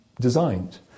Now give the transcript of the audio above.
designed